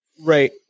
Right